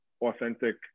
authentic